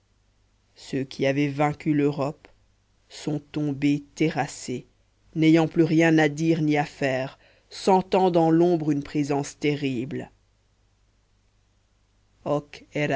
ceux qui avaient vaincu l'europe sont tombés terrassés n'ayant plus rien à dire ni à faire sentant dans l'ombre une présence terrible hoc